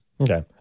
Okay